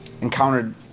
encountered